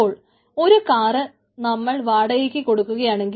ഇപ്പോൾ ഒരു കാർ നമ്മൾ വാടകയ്ക്ക് കൊടുക്കുകയാണ്